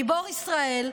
גיבור ישראל,